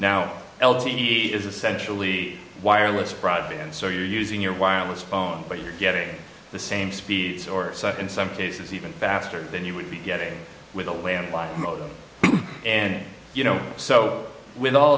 now l t e is essentially wireless broadband so you're using your wireless phone but you're getting the same speeds or in some cases even faster than you would be getting with a landline modem and you know so with